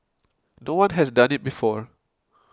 no one has done it before